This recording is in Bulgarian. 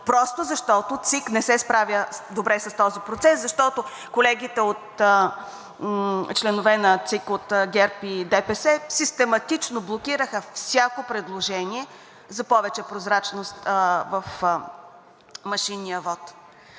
просто защото ЦИК не се справя добре с този процес. Защото колегите, членове на ЦИК от ГЕРБ и ДПС систематично блокираха всяко предложение за повече прозрачност в машинния вот.